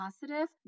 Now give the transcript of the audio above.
positive